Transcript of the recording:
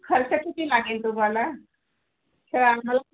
खर्च किती लागेल तुम्हाला तर आम्हाला